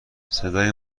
صدای